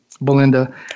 Belinda